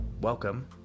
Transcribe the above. welcome